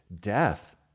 death